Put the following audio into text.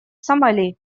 сомали